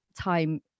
time